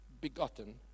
begotten